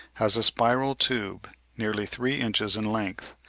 has a spiral tube, nearly three inches in length,